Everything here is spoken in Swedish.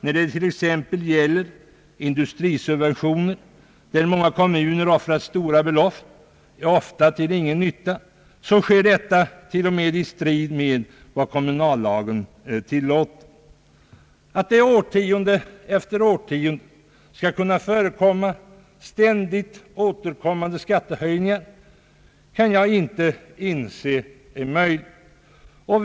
När det t.ex. gäller industrisubventioner, där många kommuner har offrat stora belopp — ofta till ingen nytta — sker sådana till och med i strid med vad kommunallagen tillåter. Att det årtionde efter årtionde skall kunna förekomma ständigt återkommande skattehöjningar kan jag inte inse vara möjligt.